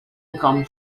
income